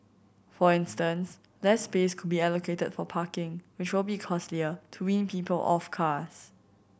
for instance less space could be allocated for parking which will be costlier to wean people off cars